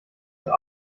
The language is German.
zur